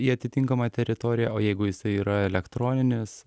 į atitinkamą teritoriją o jeigu jisai yra elektroninis